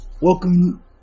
Welcome